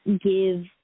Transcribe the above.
give